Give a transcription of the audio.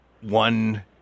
one